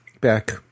back